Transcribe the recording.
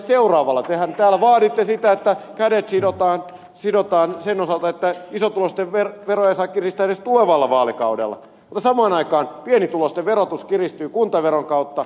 tehän täällä vaaditte sitä että kädet sidotaan sen osalta että isotuloisten veroja ei saa kiristää edes tulevalla vaalikaudella mutta samaan aikaan pienituloisten verotus kiristyy kuntaveron kautta